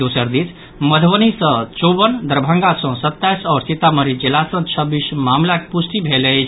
दोसर दिस मधुबनी सँ चौवन दरभंगा सँ सत्ताईस आओर सीतामढ़ी जिला सँ छब्बीस मामिलाक पुष्टि भेल अछि